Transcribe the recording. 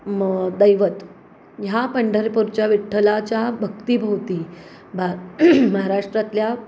म दैवत ह्या पंढरपूरच्या विठ्ठलाच्या भक्तीभोवती भा महाराष्ट्रातल्या